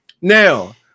now